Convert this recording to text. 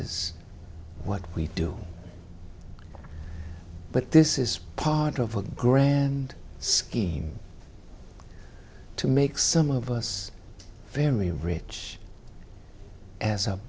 mises what we do but this is part of a grand scheme to make some of us very rich as